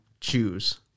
choose